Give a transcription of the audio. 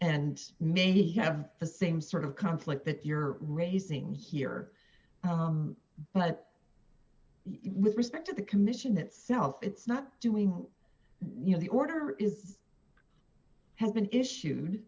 and maybe have the same sort of conflict that you're raising here but with respect to the commission itself it's not doing you know the order is have been issued